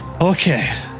Okay